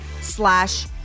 slash